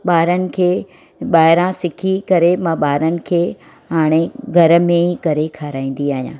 ॿारनि खे ॿाहिरां सिखी करे मां ॿारनि खे हाणे घर में ई करे खाराईंदी आहियां